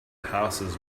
houses